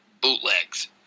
Bootlegs